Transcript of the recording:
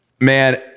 man